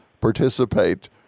participate